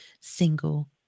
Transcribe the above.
single